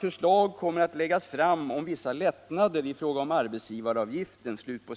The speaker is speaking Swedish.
”Förslag kommer att läggas fram om vissa lättnader i fråga om arbetsgivaravgifter —.